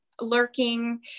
lurking